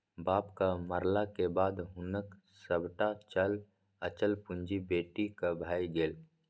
बापक मरलाक बाद हुनक सभटा चल अचल पुंजी बेटीक भए गेल